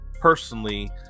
personally